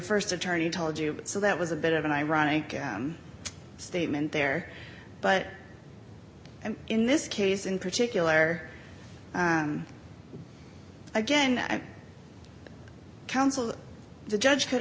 st attorney told you but so that was a bit of an ironic statement there but in this case in particular again i counsel the judge could